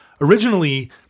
Originally